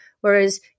Whereas